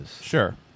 Sure